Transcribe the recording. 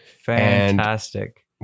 Fantastic